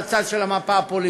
באיזה צד של המפה הפוליטית,